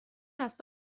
است